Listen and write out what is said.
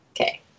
Okay